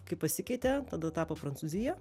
kaip pasikeitė tada tapo prancūzija